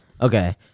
Okay